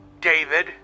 David